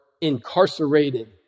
incarcerated